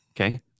Okay